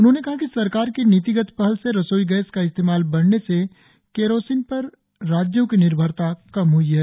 उन्होंने कहा कि सरकार की नीतिगत पहल से रसोई गैस का इस्तेमाल बढ़ने से कैरोसीन पर राज्यों की निर्भरता कम हुई है